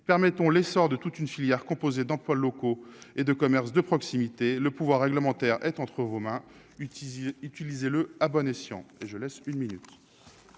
permettons l'essor de toute une filière composée d'employes locaux et de commerces de proximité, le pouvoir réglementaire est entre vos mains, utiliser utiliser le à bon escient